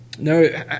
no